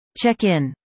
Check-in